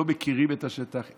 לא מכירים את השטח.